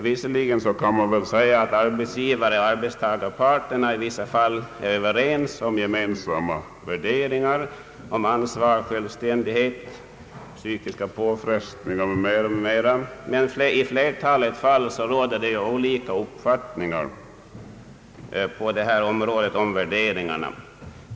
Visserligen är arbetsgivaroch arbetstagarparterna i vissa fall överens om gemensamma värderingar, t.ex. ansvar, självständighet, psykiska påfrestningar, men i flertalet fall råder det olika uppfattningar om värderingarna.